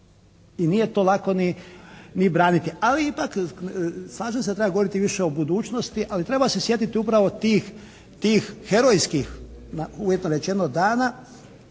I nije to lako ni braniti. Ali ipak slažem se da treba govoriti više o budućnosti. Ali treba se sjetiti upravo tih, tih herojskih uvjetno rečeno dana